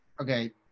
Okay